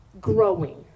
growing